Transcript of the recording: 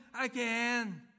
again